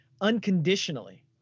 unconditionally